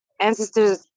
ancestors